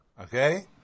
Okay